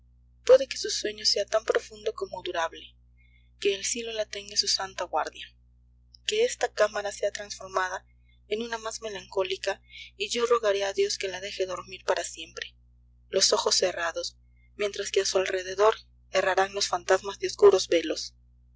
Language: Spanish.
puede que su sueño sea tan profundo como durable que el cielo la tenga en su santa guardia que esta cámara sea transformada en una más melancólica y yo rogaré a dios que la deje dormir para siempre los ojos cerrados mientras que a su alrededor errarán los fantasmas de oscuros velos